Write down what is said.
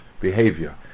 behavior